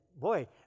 boy